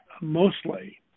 mostly